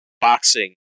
Boxing